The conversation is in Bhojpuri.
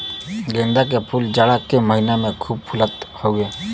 गेंदा के फूल जाड़ा के महिना में खूब फुलत हौ